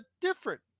different